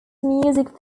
music